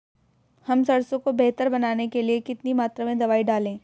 हम सरसों को बेहतर बनाने के लिए कितनी मात्रा में दवाई डालें?